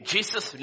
Jesus